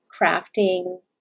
crafting